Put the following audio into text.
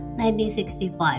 1965